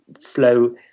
flow